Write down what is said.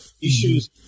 issues